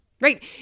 Right